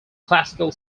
classical